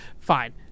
Fine